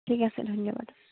ঠিক আছে ধন্যবাদ